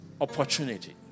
opportunity